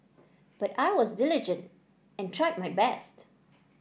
but I was diligent and tried my best